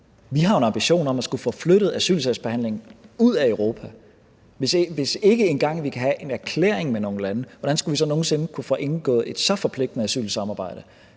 Vi har jo en ambition om at få flyttet asylsagsbehandlingen ud af Europa. Hvis vi ikke engang kan have en erklæring med nogle lande, hvordan skulle vi så nogen sinde kunne få indgået et så forpligtende asylsamarbejde?